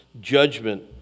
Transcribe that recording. judgment